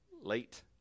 late